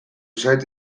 zait